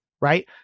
right